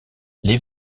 les